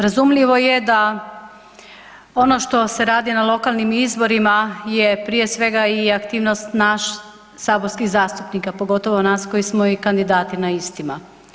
Razumljivo je da ono što se radi na lokalnim izborima je prije svega i aktivnost nas saborskih zastupnika, pogotovo nas koji smo i kandidati na istima.